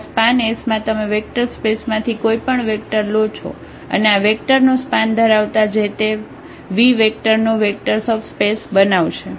આ સ્પાન માં તમે વેક્ટર સ્પેસ માંથી કોઈ પણ વેક્ટર લો છો અને આ વેક્ટર નો સ્પાન ધરાવતા જે તે 𝑉 વેક્ટર નો વેક્ટર સબસ્પેસ બનાવશે